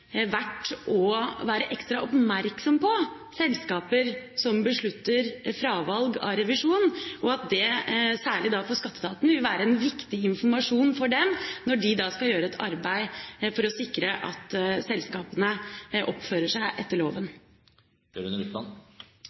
er verdt å være ekstra oppmerksom på selskaper som beslutter fravalg av revisjon, og at det særlig for Skatteetaten vil være en viktig informasjon for dem når de skal gjøre et arbeid for å sikre at selskapene oppfører seg etter loven.